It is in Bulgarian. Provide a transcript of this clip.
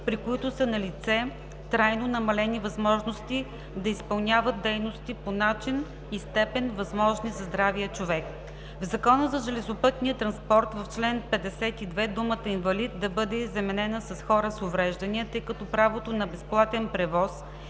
при които са налице трайно намалени възможности да изпълняват дейности по начин и степен, възможни за здравия човек; - в Закона за железопътния транспорт. В чл. 52 думата „инвалид” да бъде заменена с „хора с увреждания“, тъй като правото на безплатен превоз